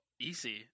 easy